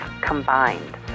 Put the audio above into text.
combined